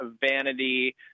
vanity